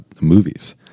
movies